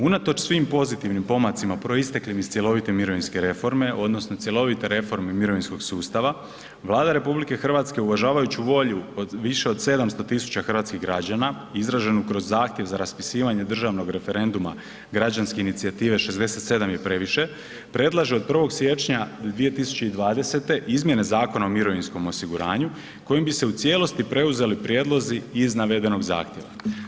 Unatoč svim pozitivnim pomacima proisteklim iz cjelovite mirovinske reforme odnosno cjelovite reforme mirovinskog sustava Vlada RH uvažavajući volju od više od 700.000 hrvatskih građana izraženu kroz zahtjev za raspisivanje državnog referenduma Građanske inicijative „67 je previše“ predlaže od 1. siječnja 2020. izmjene Zakona o mirovinskom osiguranju kojim bi se u cijelosti preuzeli prijedlozi iz navedenog zahtjeva.